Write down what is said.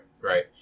Right